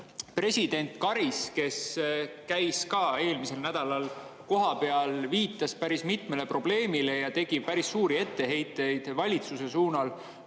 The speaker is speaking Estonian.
president Karis, kes käis eelmisel nädalal kohapeal, viitas päris mitmele probleemile ja tegi päris suuri etteheiteid valitsuse suunal,